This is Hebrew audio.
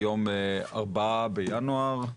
היום 4 בינואר,